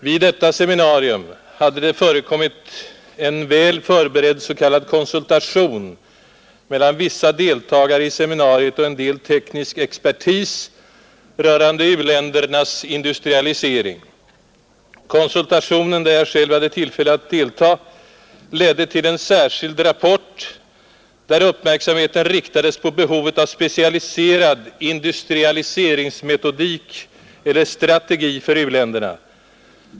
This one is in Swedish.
Vid detta seminarium hade det bl.a. förekommit en väl förberedd s.k. konsultation mellan vissa deltagare i seminariet och en del teknisk expertis rörande u-ländernas industrialisering. Konsultationen, där jag själv hade tillfälle att delta, ledde till en särskild rapport. I denna riktades uppmärksamheten på behovet av specialiserad industrialiseringsmetodik eller strategi för u-länderna.